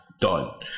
done